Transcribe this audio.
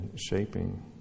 shaping